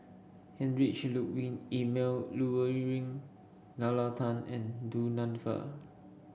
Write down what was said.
Heinrich Ludwig Emil Luering Nalla Tan and Du Nanfa